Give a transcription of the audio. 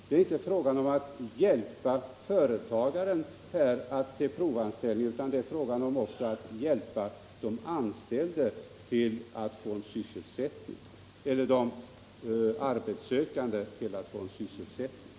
Det är inte frågan om att hjälpa företagaren till provanställning, utan det är fråga om att hjälpa de arbetssökande att få sysselsättning.